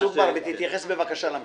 צוק בר, תתייחס בבקשה גם למחירים.